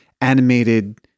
animated